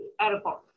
airport